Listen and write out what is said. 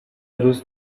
روز